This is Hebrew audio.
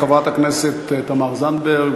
חברת הכנסת תמר זנדברג,